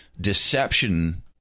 deception